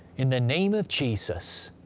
in the name of jesus,